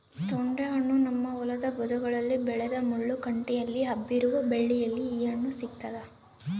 ತೊಂಡೆಹಣ್ಣು ನಮ್ಮ ಹೊಲದ ಬದುಗಳಲ್ಲಿ ಬೆಳೆದ ಮುಳ್ಳು ಕಂಟಿಯಲ್ಲಿ ಹಬ್ಬಿರುವ ಬಳ್ಳಿಯಲ್ಲಿ ಈ ಹಣ್ಣು ಸಿಗ್ತಾದ